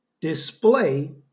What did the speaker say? display